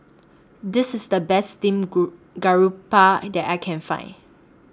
This IS The Best Steamed group Garoupa that I Can Find